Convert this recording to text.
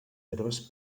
herbes